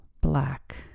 black